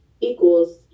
equals